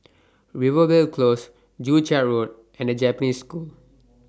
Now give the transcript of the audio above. Rivervale Close Joo Chiat Road and The Japanese School